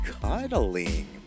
cuddling